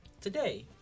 Today